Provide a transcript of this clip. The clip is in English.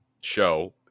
show